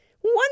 One